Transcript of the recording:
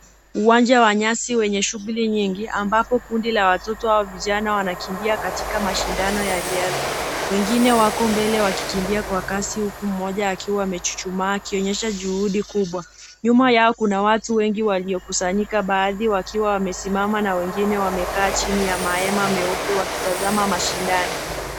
Uwanja wa nyasi wenye shughuli nyingi ambapo kundi la watoto. Hawa vijana wanakimbia katika mashindano ya riadha. Wengine wako mbele wakikimbia kwa kasi huku mmoja akiwa amechuchumaa, akionyesha juhudi kubwa. Nyuma yao kuna watu wengi waliokusanyika baadhi wakiwa wamesimama na wengine wamekaa chini ya mahema meupe wakitazama mashindano.